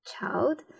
child